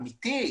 אמיתי,